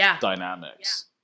dynamics